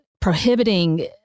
prohibiting